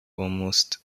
almost